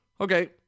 Okay